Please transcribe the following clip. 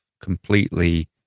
completely